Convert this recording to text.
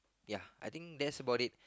ya I think that's about it